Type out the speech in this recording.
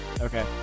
Okay